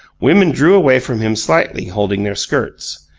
women drew away from him slightly, holding their skirts.